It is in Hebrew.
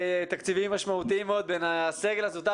תקציביים משמעותיים מאוד בין הסגל הזוטר